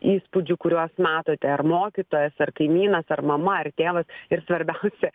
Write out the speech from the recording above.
įspūdžių kuriuos matote ar mokytojas ar kaimynas ar mama ar tėvas ir svarbiausia